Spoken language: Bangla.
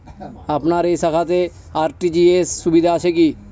আপনার এই শাখাতে আর.টি.জি.এস সুবিধা আছে কি?